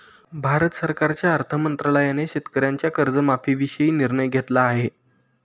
भारत सरकारच्या अर्थ मंत्रालयाने शेतकऱ्यांच्या कर्जमाफीविषयी निर्णय घेतला आहे